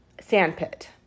sandpit